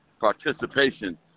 participation